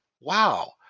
Wow